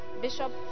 Bishop